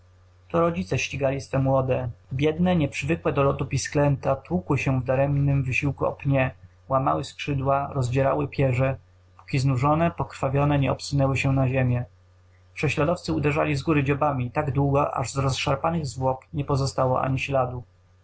rodzice ścigali swe młode biedne nieprzywykłe do lotu pisklęta tłukły się w daremnym wysiłku o pnie łamały skrzydła rozdzierały pierze póki znużone pokrwawione nie obsunęły się na ziemię prześladowcy uderzali z góry dzióbami tak długo aż z rozszarpanych zwłok nie pozostało ani śladu